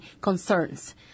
concerns